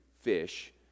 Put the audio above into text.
fish